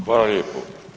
Hvala lijepo.